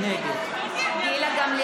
נגד הינה,